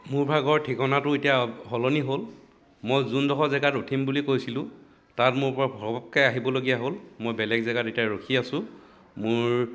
মোৰ ভাগৰ ঠিকনাটো এতিয়া সলনি হ'ল মই যোনডোখৰ জেগাত উঠিম বুলি কৈছিলোঁ তাত মোৰ পৰা ঘপককৈ আহিবলগীয়া হ'ল মই বেলেগ জেগাত এতিয়া ৰখি আছো মোৰ